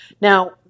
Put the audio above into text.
Now